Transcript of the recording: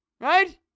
Right